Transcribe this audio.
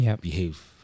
behave